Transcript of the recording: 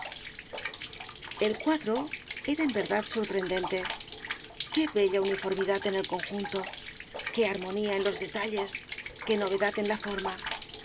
el cuadro era en verdad sorprendente qué bella uniformidad en el conjunto qué armonía en los detalles qué novedad en la forma